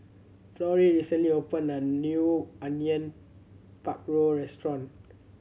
Florrie recently opened a new Onion Pakora Restaurant